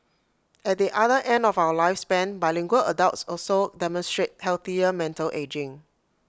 at the other end of our lifespan bilingual adults also demonstrate healthier mental ageing